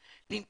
אבל גם ברוסית,